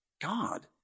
God